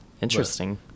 Interesting